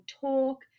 talk